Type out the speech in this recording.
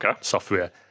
software